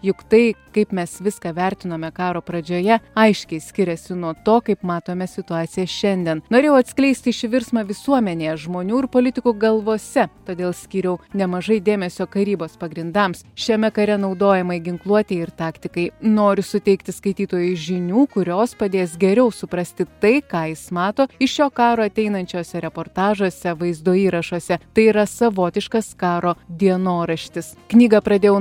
juk tai kaip mes viską vertinome karo pradžioje aiškiai skiriasi nuo to kaip matome situaciją šiandien norėjau atskleisti šį virsmą visuomenėje žmonių ir politikų galvose todėl skyriau nemažai dėmesio karybos pagrindams šiame kare naudojamai ginkluotei ir taktikai noriu suteikti skaitytojui žinių kurios padės geriau suprasti tai ką jis mato iš šio karo ateinančiuose reportažuose vaizdo įrašuose tai yra savotiškas karo dienoraštis knygą pradėjau